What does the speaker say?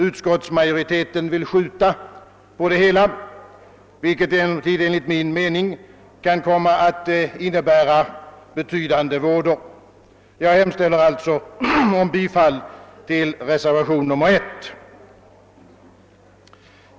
Utskottsmajoriteten vill skjuta på frågan, vilket enligt min mening kan komma att innebära betydande vådor. Jag hemställer därför om bifall till reservationen 1.